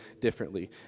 differently